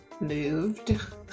moved